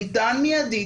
ניתן מיידית,